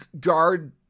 guard